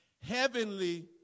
Heavenly